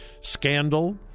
scandal